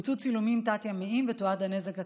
בוצעו צילומים תת-ימיים ותועד הנזק הקשה,